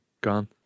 gone